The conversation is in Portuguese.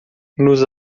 nos